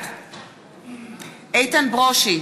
בעד איתן ברושי,